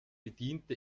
bediente